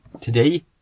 Today